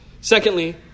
Secondly